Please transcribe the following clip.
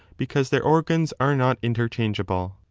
because their organs are not interchangeable.